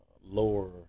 lower